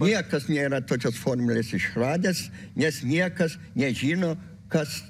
niekas nėra tokios formulės išradęs nes niekas nežino kas